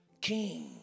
king